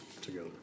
together